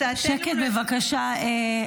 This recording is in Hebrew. שקט, בבקשה.